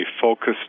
focused